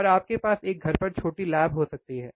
और आपके पास एक घर पर छोटी लैब हो सकती है